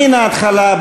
מן ההתחלה,